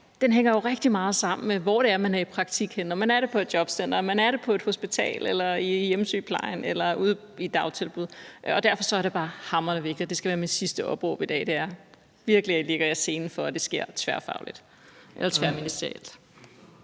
hænger rigtig meget sammen med, hvor man er i praktik henne – om man er det på et jobcenter, eller om man er det på et hospital eller i hjemmesygeplejen eller ude i et dagtilbud. Derfor er det bare hamrende vigtigt, og det skal være mit sidste opråb i dag, at I virkelig lægger jer i selen for, at det sker tværfagligt eller tværministerielt.